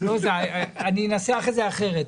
אני אנסח את זה אחרת.